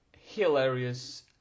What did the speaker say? hilarious